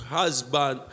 husband